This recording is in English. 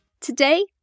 Today